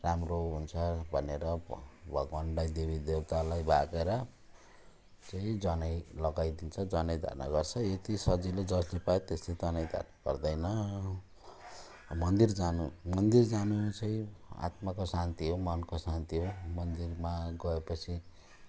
राम्रो हुन्छ भनेर भगवानलाई देवी देवतालाई भाकेर चाहिँ जनै लगाइदिन्छ जनै धारण गर्छ यति सजिलो जसले पायो त्यसले जनै धारण गर्दैन मन्दिर जानु मन्दिर जानु चाहिँ आत्माको शान्ति हो मनको शान्ति हो मन्दिरमा गएपछि